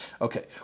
Okay